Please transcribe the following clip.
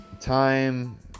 time